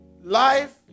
life